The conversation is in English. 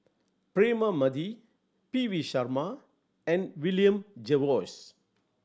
Braema Mathi P V Sharma and William Jervois